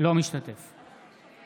אינו משתתף בהצבעה